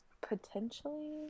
Potentially